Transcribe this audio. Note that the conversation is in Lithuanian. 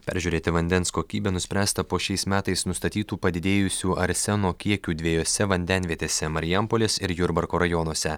peržiūrėti vandens kokybę nuspręsta po šiais metais nustatytų padidėjusių arseno kiekių dviejose vandenvietėse marijampolės ir jurbarko rajonuose